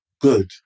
good